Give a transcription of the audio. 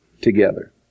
together